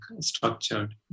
structured